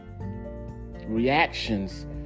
reactions